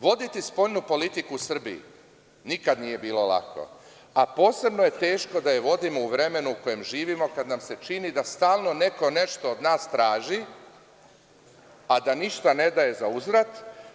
Voditi spoljnu politiku u Srbiji nikada nije bilo lako, a posebno je teško da je vodimo u vremenu u kojem živimo, kada nam se čini da stalno neko nešto od nas traži, a da ništa ne daje za uzvrat.